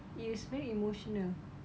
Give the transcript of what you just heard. it's very emotional